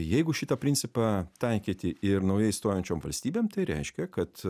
jeigu šitą principą taikyti ir naujai stojančiom valstybėm tai reiškia kad